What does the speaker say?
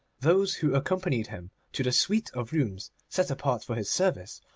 those who accompanied him to the suite of rooms set apart for his service,